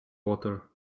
water